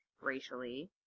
racially